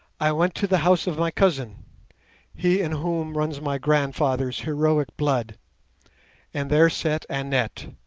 i went to the house of my cousin he in whom runs my grandfather's heroic blood and there sat annette.